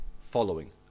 following